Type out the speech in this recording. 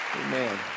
Amen